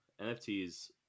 nfts